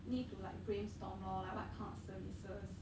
need to like brainstorm lor like what kind of like services